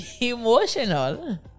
Emotional